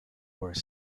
were